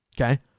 Okay